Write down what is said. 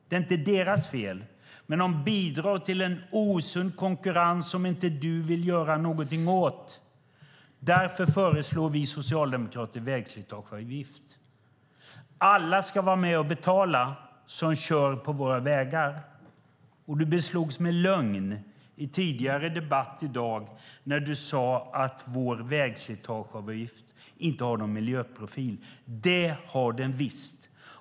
Det är inte deras fel, men de bidrar till en osund konkurrens som inte du vill göra någonting åt. Därför föreslår vi socialdemokrater en vägslitageavgift. Alla som kör på våra vägar ska vara med och betala. Och du beslogs med lögn i tidigare debatt i dag när du sade att vår vägslitageavgift inte har någon miljöprofil. Det har den visst.